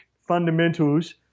fundamentals